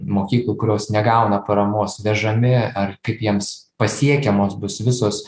mokyklų kurios negauna paramos vežami ar kaip jiems pasiekiamos bus visos